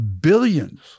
billions